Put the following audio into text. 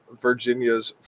Virginia's